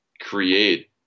create